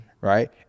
right